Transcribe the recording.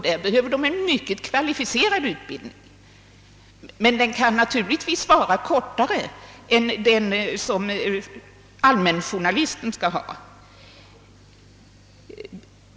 De behöver en mycket kvalificerad utbildning, men den kan naturligtvis vara kortare än den som allmänjournalisten skall ha.